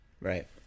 Right